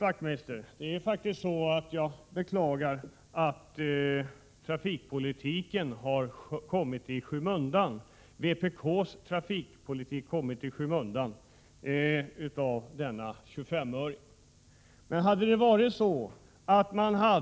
Jag beklagar faktiskt, Knut Wachtmeister, att vpk:s trafikpolitik har kommit i skymundan för denna 25-öreshöjning av bensinskatten.